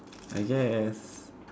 I guess